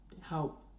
help